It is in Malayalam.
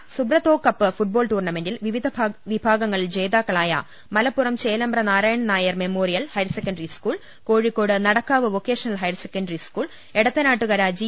സംസ്ഥാന സുബ്രതോകപ്പ് ഫുട്ബോൾ ടൂർണമെന്റിൽ വിവിധ വിഭാഗങ്ങളിൽ ജേതാക്കളായ Malappuram Chelembra Narayanan Nair memorial higher secondary school Kozhikode Nadakkavu vocational higher secondary school Edathanattukara G